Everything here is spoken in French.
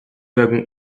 wagon